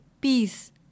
Peace